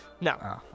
No